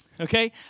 Okay